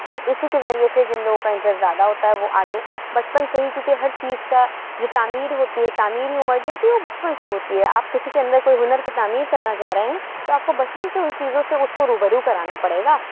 اور اِسی كے ذریعے سے جن لوگوں کا انٹرسٹ زیادہ ہوتا ہے وہ آگے بچپن سے ہی کیونکہ ہر چیز کا جو تعمیر ہوتی ہے تعمیری عمر جو ہوتی ہے وہ بچپن سے ہوتی ہے آپ كسی كے اندر كوئی ہُنر كی تعمیر كرنے چاہ رہے ہیں تو آپ كو بچپن سے اُن چیزوں سے اُس کو روبرو كرانا پڑے گا